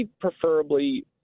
preferably